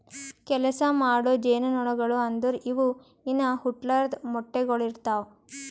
ಕೆಲಸ ಮಾಡೋ ಜೇನುನೊಣಗೊಳು ಅಂದುರ್ ಇವು ಇನಾ ಹುಟ್ಲಾರ್ದು ಮೊಟ್ಟೆಗೊಳ್ ಇಡ್ತಾವ್